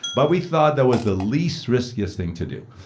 but we thought that was the least riskiest thing to do.